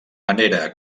manera